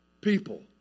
people